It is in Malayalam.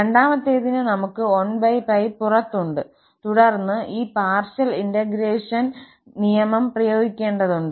രണ്ടാമത്തേതിന് നമുക് 1𝜋പുറത്തുണ്ട് തുടർന്ന് നമ്മൾ ഈ പാർഷ്യൽ ഇന്റഗ്രേഷൻ നിയമം പ്രയോഗിക്കേണ്ടതുണ്ട്